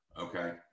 Okay